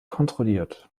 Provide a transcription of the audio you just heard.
kontrolliert